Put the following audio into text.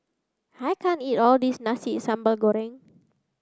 I can't eat all this Nasi sambal Goreng